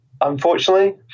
unfortunately